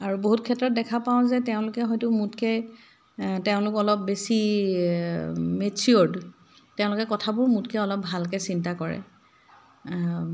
আৰু বহুত ক্ষেত্ৰত দেখা পাওঁ যে তেওঁলোকে হয়তো মোতকৈ তেওঁলোক অলপ বেছি মেছিয়ৰ্ড তেওঁলোকে কথাবোৰ মোতকৈ অলপ ভালকৈ চিন্তা কৰে